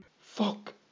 Fuck